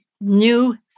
New